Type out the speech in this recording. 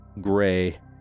gray